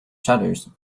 shutters